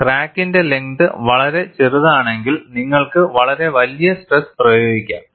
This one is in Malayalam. ക്രാക്കിന്റെ ലെങ്ത് വളരെ ചെറുതാണെങ്കിൽ നിങ്ങൾക്ക് വളരെ വലിയ സ്ട്രെസ്സ് പ്രയോഗിക്കാം